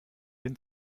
den